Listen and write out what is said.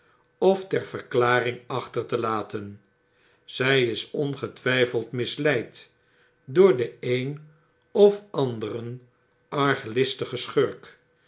of ter verklaring achter te laten zij is ongetwyfeld misleid door den een of anderen